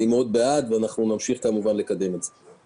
אני מאוד בעד, ואנחנו נמשיך לקדם את זה.